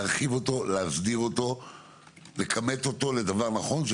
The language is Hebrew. להרחיב אותו ולהסדיר אותו ולכמת אותו לדבר נכון כי